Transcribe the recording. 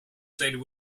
stayed